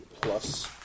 Plus